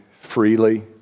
freely